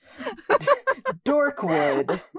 dorkwood